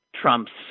Trump's